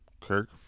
Kirk